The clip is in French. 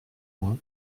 loin